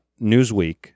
Newsweek